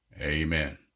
Amen